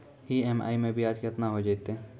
EMI मैं ब्याज केतना हो जयतै?